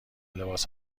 لباس